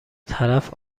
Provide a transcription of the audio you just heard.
طرف